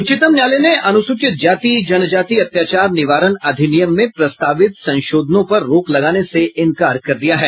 उच्चतम न्यायालय ने अनुसूचित जाति जनजाति अत्याचार निवारण अधिनियम में प्रस्तावित संशोधनों पर रोक लगाने से इंकार कर दिया है